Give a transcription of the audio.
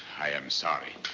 i am sorry.